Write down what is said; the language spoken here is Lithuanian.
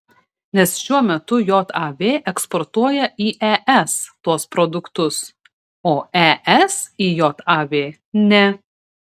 nes šiuo metu jav eksportuoja į es tuos produktus o es į jav ne